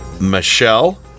Michelle